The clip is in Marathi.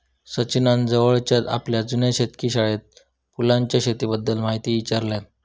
सचिनान जवळच्याच आपल्या जुन्या शेतकी शाळेत फुलांच्या शेतीबद्दल म्हायती ईचारल्यान